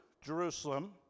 Jerusalem